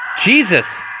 jesus